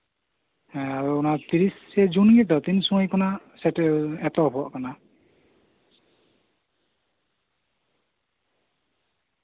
ᱦᱮᱸ ᱚᱱᱟ ᱛᱤᱨᱤᱥᱮ ᱡᱩᱱ ᱜᱮᱛᱚ ᱛᱤᱱ ᱥᱩᱢᱟᱹᱭ ᱠᱷᱚᱱᱟᱜ ᱥᱮᱴᱮᱨ ᱮᱛᱚᱦᱚᱵᱚᱜ ᱠᱟᱱᱟ